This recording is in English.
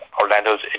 Orlando's